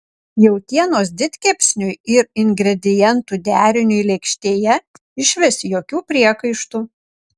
jautienos didkepsniui ir ingredientų deriniui lėkštėje išvis jokių priekaištų